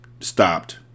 stopped